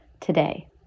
today